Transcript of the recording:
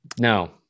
No